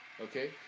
Okay